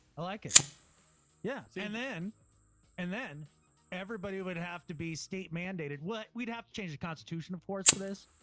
i like it. adam yeah yeah. and then and then everybody would have to be state mandated what we'd have to change the constitution of course, for this,